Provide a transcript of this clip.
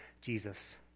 Jesus